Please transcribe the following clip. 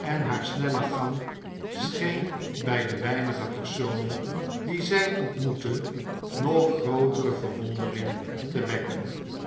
en haar snelle gang scheen bij de weinige personen die zij ontmoette nog grootere verwondering te wekken